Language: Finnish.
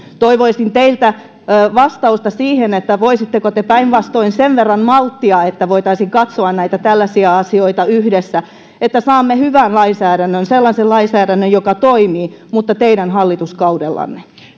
toivoisin teiltä vastausta siihen että voisitteko te päinvastoin sen verran malttaa että voitaisiin katsoa näitä tällaisia asioita yhdessä niin että saamme hyvän lainsäädännön sellaisen lainsäädännön joka toimii mutta teidän hallituskaudellanne